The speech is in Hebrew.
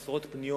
עשרות פניות